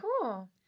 cool